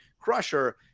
Crusher